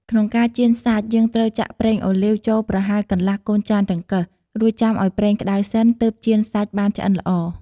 ក្នុងការចៀនសាច់ យើងត្រូវចាក់ប្រេងអូលីវចូលប្រហែលកន្លះកូនចានចង្កឹះ រួចចាំឱ្យប្រេងក្តៅសិនទើបចៀនសាច់បានឆ្អិនល្អ។